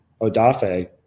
Odafe